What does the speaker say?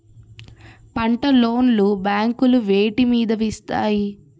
పంట లోన్ లు బ్యాంకులు వేటి మీద ఇస్తాయి?